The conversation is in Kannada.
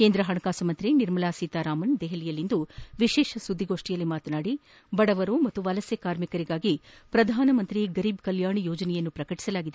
ಕೇಂದ್ರ ಹಣಕಾಸು ಸಚಿವೆ ನಿರ್ಮಲಾ ಸೀತಾರಾಮನ್ ದೆಹಲಿಯಲ್ಲಿಂದು ವಿಶೇಷ ಸುದ್ದಿಗೋಷ್ಟಿಯಲ್ಲಿ ಮಾತನಾಡಿ ಬಡವರು ಮತ್ತು ವಲಸೆ ಕಾರ್ಮಿಕರಿಗಾಗಿ ಪ್ರಧಾನಮಂತ್ರಿ ಗರೀಬ್ ಕಲ್ಯಾಣ ಯೋಜನೆಯನ್ನು ಪ್ರಕಟಿಸಲಾಗಿದೆ